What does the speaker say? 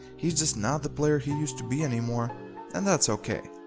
he's just not the player he used to be anymore and that's ok.